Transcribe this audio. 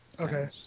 Okay